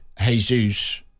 Jesus